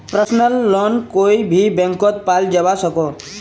personal loan कोए भी बैंकोत पाल जवा सकोह